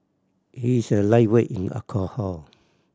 he is a lightweight in alcohol